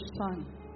son